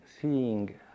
seeing